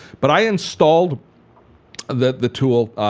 but i installed the the tool